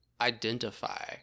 identify